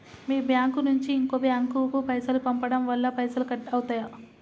మీ bank నుంచి ఇంకో bank కు పైసలు పంపడం వల్ల పైసలు కట్ అవుతయా?